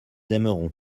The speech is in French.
aimeront